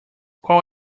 qual